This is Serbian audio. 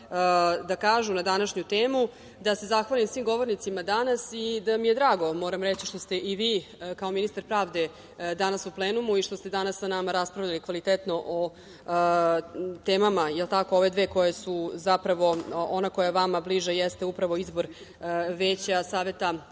da kažu na današnju temu, da se zahvalim svim govornicima danas i da mi je drago, mogu reći, što ste i vi, kao ministar pravde, danas u plenumu i što ste danas sa nama raspravljali kvalitetno o temama, ove dve koje su, zapravo, ona koja je vama bliža, to jeste izbor Veća Saveta